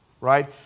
right